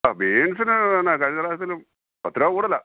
ആ ബീൻസിന് എന്നാ കഴിഞ്ഞ പ്രാവശ്യത്തിനും പത്ത് രൂപ കൂടുതലാണ്